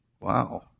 Wow